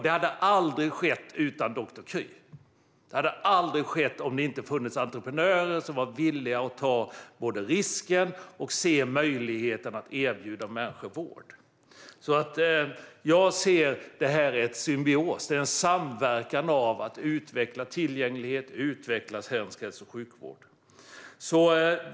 Det hade aldrig skett utan doktor Kry. Det hade aldrig skett om det inte funnits entreprenörer som varit villiga att ta risken och se möjligheten att erbjuda människor vård. Jag ser det som en symbios. Det är en samverkan i fråga om att utveckla tillgänglighet och svensk hälso och sjukvård.